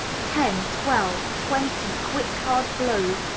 ten, twelve, twenty quick, hard blows,